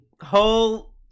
whole